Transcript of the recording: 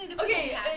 Okay